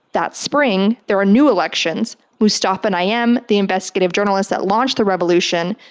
that spring, there are new elections. mustafa nayyem, the investigative journalist that launched the revolution,